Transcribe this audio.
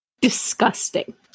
disgusting